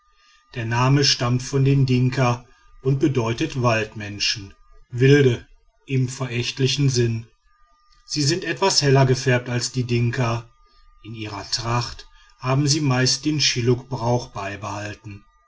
der name stammt von den dinka und bedeutet waldmenschen wilde im verächtlichen sinn sie sind etwas heller gefärbt als die dinka in ihrer tracht haben sie meist den schillukbrauch beibehalten